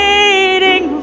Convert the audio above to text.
Waiting